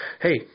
hey